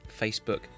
Facebook